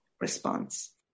response